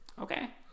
Okay